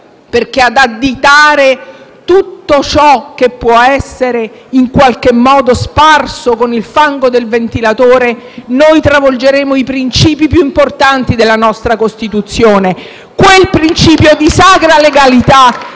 perché, additando tutto ciò che può essere in qualche modo sparso con il fango del ventilatore, travolgeremo i princìpi più importanti della nostra Costituzione: quel principio di sacra legalità